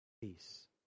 peace